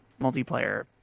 multiplayer